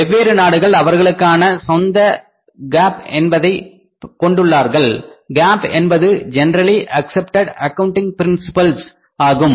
வெவ்வேறு நாடுகள் அவர்களுக்கான சொந்த GAAP என்பதை கொண்டுள்ளார்கள் GAAP என்பது ஜென்ரல்லி அக்சப்ட்டேட் அக்கவுன்டிங் ப்ரின்சிபிள்ஸ் ஆகும்